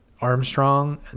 Armstrong